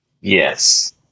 Yes